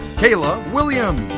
kailia wiliams.